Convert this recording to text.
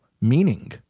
meaning